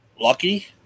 lucky